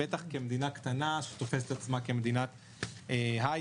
בטח כמדינה קטנה שתופסת עצמה כמדינת היי-טק,